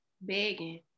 Begging